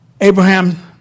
Abraham